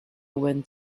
when